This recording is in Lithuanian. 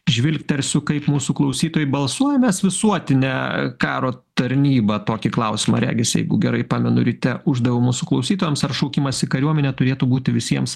žvilgtelsiu kaip mūsų klausytojai balsuoja mes visuotinę karo tarnybą tokį klausimą regis jeigu gerai pamenu ryte uždaviau mūsų klausytojams ar šaukimas kariuomenę turėtų būti visiems